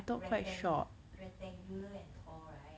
rectang~ rectangular and tall right